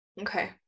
Okay